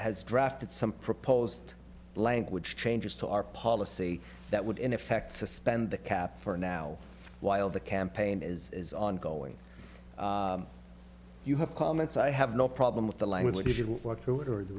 has drafted some proposed language changes to our policy that would in effect suspend the cap for now while the campaign is ongoing you have comments i have no problem with the language if you will walk through it or the